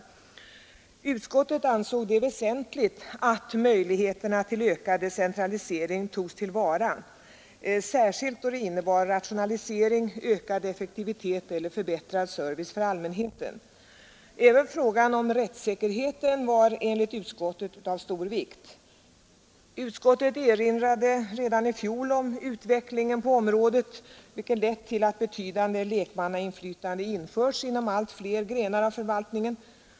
Utskottet ansåg det väsentligt att möjligheterna till ökad decentralisering togs till vara, särskilt då det innebar rationalisering, ökad effektivitet eller förbättrad service för allmänheten. Även frågan om rättssäkerheten var enligt utskottet av stor vikt. Utskottet erinrade redan i fjol om utvecklingen på området, vilken lett till att betydande lekmannainflytande införts inom allt fler grenar av förvaltningen.